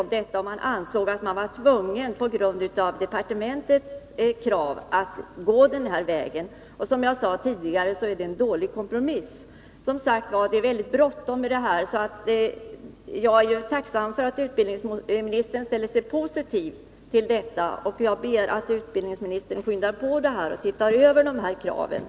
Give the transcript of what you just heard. På det hållet anser man sig ha tvingats, till följd av departementens krav, att gå denna väg. Som jag sade tidigare, är detta en dålig kompromiss. Jag upprepar att det är väldigt bråttom. Jag är tacksam för att utbildningsministern ställer sig positiv, och jag ber att översynen skall ske snabbt.